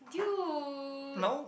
you